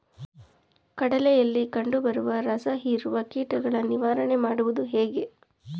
ಕಡಲೆಯಲ್ಲಿ ಕಂಡುಬರುವ ರಸಹೀರುವ ಕೀಟಗಳ ನಿವಾರಣೆ ಮಾಡುವುದು ಹೇಗೆ?